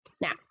Now